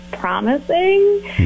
Promising